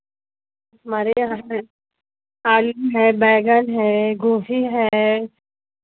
हमारे यहाँ पर आलू है बैंगन है गोभी है